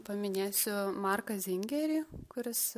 paminėsiu marką zingerį kuris